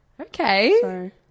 okay